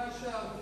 הערה, בבקשה.